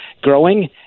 growing